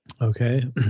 Okay